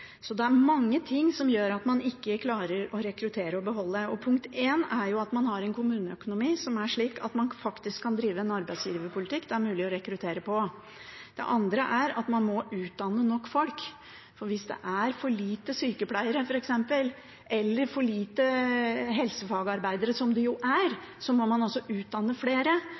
Så det er mange ting som gjør at man ikke klarer å rekruttere og beholde folk. Punkt 1 er at man må ha en kommuneøkonomi som er slik at man faktisk kan drive en arbeidsgiverpolitikk som gjør det mulig å rekruttere. Punkt 2 er at man må utdanne nok folk. Hvis det er f.eks. for få sykepleiere eller for få helsefagarbeidere, som det jo er,